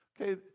Okay